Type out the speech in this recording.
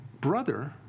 brother